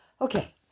okay